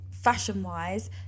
fashion-wise